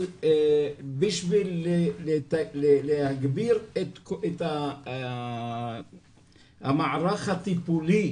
בשביל להגביר את המערך הטיפולי